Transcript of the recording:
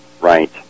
Right